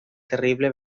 terrible